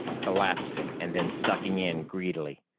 collapsing and then sucking in greedily.